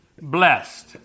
blessed